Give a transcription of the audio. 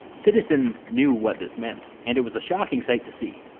citizens knew what this meant, and it was a shocking sight to see.